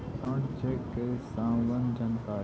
Account cheque के सम्बन्ध जानकारी?